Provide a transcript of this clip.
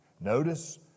Notice